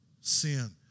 Sin